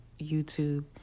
YouTube